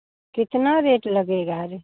कितना रेट लगेगा रे